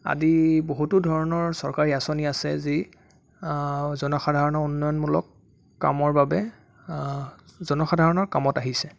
আদি বহুতো ধৰণৰ চৰকাৰী আঁচনি আছে যি জনসাধাৰণৰ উন্নয়নমূলক কামৰ বাবে জনসাধাৰণৰ কামত আহিছে